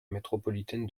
métropolitaine